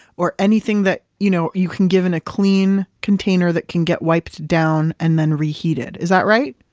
or anything that you know you can give in a clean container that can get wiped down and then reheated. is that right?